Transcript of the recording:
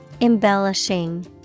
Embellishing